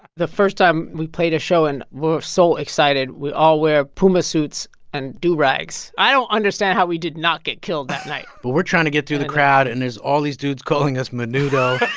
the first time we played a show and we were so excited, we all wear puma suits and do-rags. i don't understand how we did not get killed that night but we're trying to get through the crowd, and there's all these dudes calling us menudo